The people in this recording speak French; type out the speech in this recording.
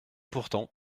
pourtant